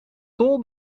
tol